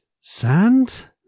sand